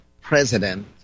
president